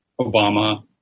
Obama